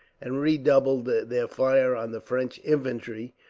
and redoubled their fire on the french infantry,